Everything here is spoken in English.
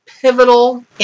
pivotal